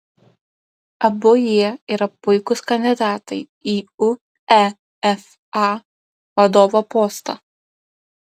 abu jie yra puikūs kandidatai į uefa vadovo postą